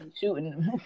shooting